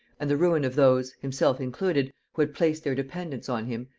and the ruin of those, himself included, who had placed their dependence on him,